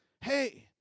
Hey